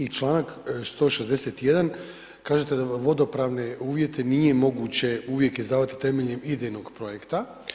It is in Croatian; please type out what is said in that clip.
I članak 161. kažete da vodnopravne uvjete nije moguće uvijek izdavati temeljem idejnog projekta.